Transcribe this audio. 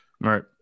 Right